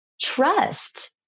trust